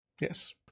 Yes